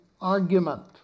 argument